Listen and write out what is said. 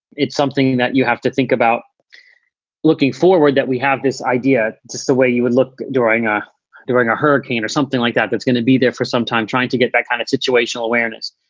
it's something that you have to think about looking forward that we have this idea just the way you would look during a during a hurricane or something like that that's going to be there for some time trying to get that kind of situational awareness.